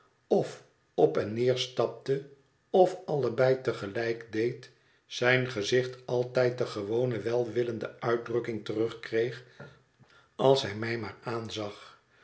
of op en neer stapte of allebei te gelijk deed zijn gezicht altijd de gewone welwillende uitdrukking terugkreeg als hij mij maar aanzag